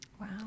Wow